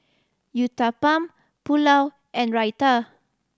Uthapam Pulao and Raita